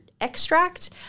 extract